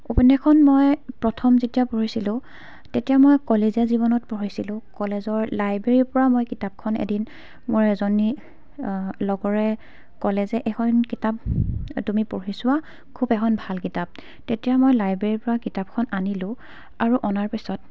উপন্যাসখন মই প্ৰথম যেতিয়া পঢ়িছিলোঁ তেতিয়া মই কলেজীয়া জীৱনত পঢ়িছিলোঁ কলেজৰ লাইব্ৰেৰীৰ পৰা মই কিতাপখন এদিন মোৰ এজনী লগৰে ক'লে যে এইখন কিতাপ তুমি পঢ়ি চোৱা খুব এখন ভাল কিতাপ তেতিয়া মই লাইব্ৰেৰীৰ পৰা কিতাপখন আনিলোঁ আৰু অনাৰ পিছত